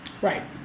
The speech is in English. Right